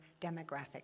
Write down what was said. demographic